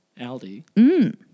Aldi